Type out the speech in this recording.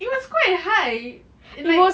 it was quite high like